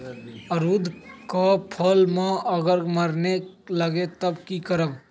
अमरुद क फल म अगर सरने लगे तब की करब?